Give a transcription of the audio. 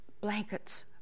blankets